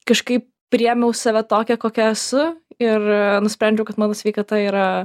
kažkaip priėmiau save tokią kokia esu ir nusprendžiau kad mano sveikata yra